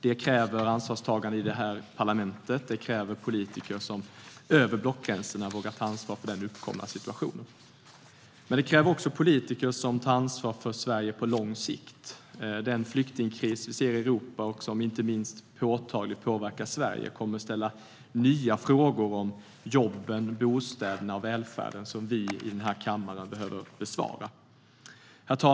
Det kräver ansvarstagande i detta parlament och politiker som över blockgränserna vågar ta ansvar för den uppkomna situationen. Men det kräver också politiker som tar ansvar för Sverige på lång sikt. Den flyktingkris vi ser i Europa och som påtagligt påverkar inte minst Sverige kommer att ställa nya frågor om jobben, bostäderna och välfärden som vi i denna kammare behöver besvara. Herr talman!